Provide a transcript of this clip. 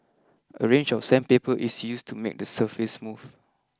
a range of sandpaper is used to make the surface smooth